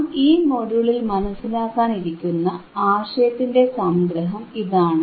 നാം ഈ മൊഡ്യൂളിൽ മനസിലാക്കാനിരിക്കുന്ന ആശയത്തിന്റെ സംഗ്രഹം ഇതാണ്